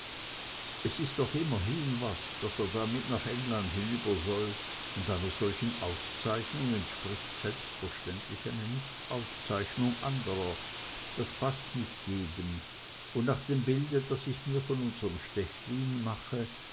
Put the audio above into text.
es ist doch immerhin was daß er da mit nach england hinüber soll und einer solchen auszeichnung entspricht selbstverständlich eine nichtauszeichnung andrer das paßt nicht jedem und nach dem bilde das ich mir von unserm stechlin mache